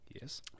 Yes